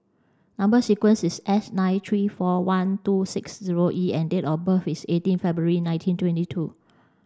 number sequence is S nine three four one two six zero E and date of birth is eighteen February nineteen twenty two